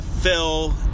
Phil